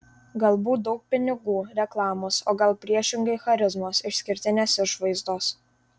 galbūt daug pinigų reklamos o gal priešingai charizmos išskirtinės išvaizdos